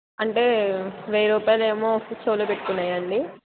అంటే వెయ్యి రూపాయలేమో చెవిలో పెట్టుకునెవా అండి